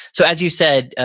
so as you said,